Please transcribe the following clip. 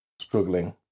struggling